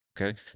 Okay